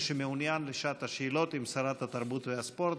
מי שמעוניין בשעת השאלות עם שרת התרבות והספורט.